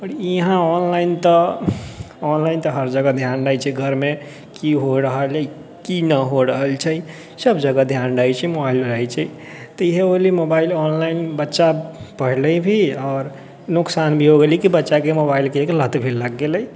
आओर यहाँ ऑनलाइन तऽ हर जगह धिआन रहै छै घरमे की हो रहल हइ कि नहि हो रहल छै सब जगह धिआन रहै छै मोबाइलमे रहै छै तऽ इएह होलै मोबाइलमे ऑनलाइन बच्चा पढ़लै भी आओर नोकसान भी हो गेलै कि बच्चाके मोबाइलके एक लत भी लागि गेलै